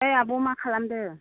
ओइ आब' मा खालामदों